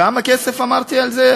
כמה כסף אמרתי על זה?